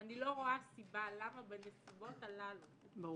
אני לא רואה סיבה למה בנסיבות הללו -- ברור.